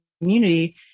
community